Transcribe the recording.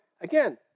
again